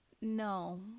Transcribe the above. No